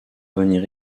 venir